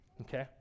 okay